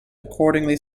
accordingly